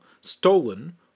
stolen